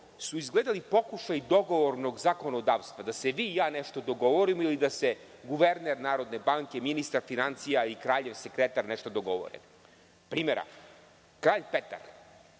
su izgledali pokušaji dogovornog zakonodavstva, da se vi i ja nešto dogovorimo, ili da se guverner Narodne banke, ministar finansija ili kraljev sekretar nešto dogovore. Primera radi, kralj Petar